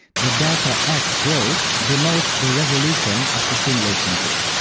the delta x row denotes the resolution of the simulation grid.